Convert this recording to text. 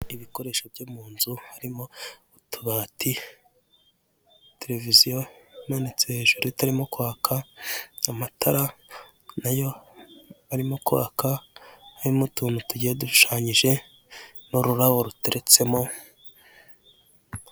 Ibikoresho byo mu nzu, harimo; utubati, televiziyo imanitse hejuru itarimo kwaka, amatara na yo arimo kwaka, arimo utuntu tugiye dushushanyije, n'ururabo ruteretsemo.